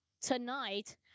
tonight